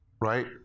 right